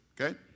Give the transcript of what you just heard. Okay